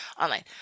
online